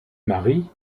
mari